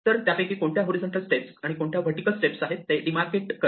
तर त्यापैकी कोणत्या हॉरीझॉन्टल स्टेप आणि कोणत्या व्हर्टिकल स्टेप आहेत ते डीमार्केट करणे